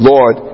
Lord